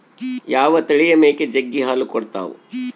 ಯಾವ ತಳಿಯ ಮೇಕೆ ಜಗ್ಗಿ ಹಾಲು ಕೊಡ್ತಾವ?